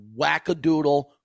wackadoodle